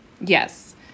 Yes